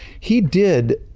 he did,